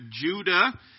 Judah